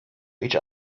each